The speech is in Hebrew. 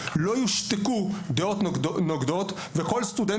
לא יושתקו דעות נוגדות וכול סטודנט